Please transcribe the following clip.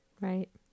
right